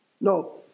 No